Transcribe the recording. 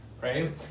right